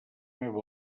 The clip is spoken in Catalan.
meva